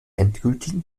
endgültigen